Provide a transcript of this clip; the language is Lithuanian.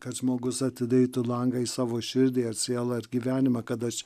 kad žmogus atidarytų langą į savo širdį ar sielą ar gyvenimą kad aš